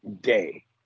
day